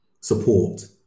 support